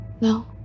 No